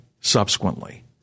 subsequently